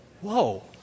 whoa